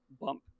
bump